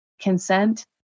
consent